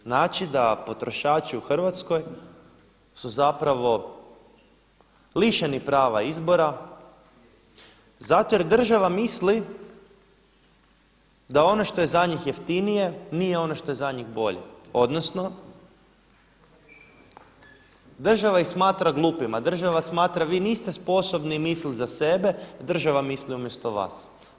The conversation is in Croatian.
Znači da potrošači u Hrvatskoj su zapravo lišeni prava izbora zato jer država misli da ono što je za njih jeftinije nije ono što je za njih bolje, odnosno država ih smatra glupima, država smatra vi niste sposobni mislit za sebe, država misli umjesto vas.